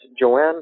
Joanne